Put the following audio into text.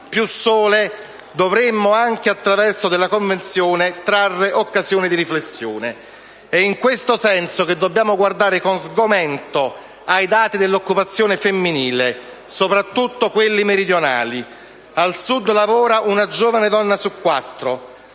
più sole, dovremmo, anche attraverso lo strumento della Convenzione, trarre occasione di riflessione. In questo senso, dobbiamo guardare con sgomento ai dati dell'occupazione femminile, soprattutto di quelli meridionali. Al Sud lavora una giovane donna su quattro.